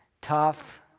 tough